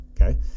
okay